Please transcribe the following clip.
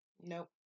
Nope